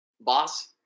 Boss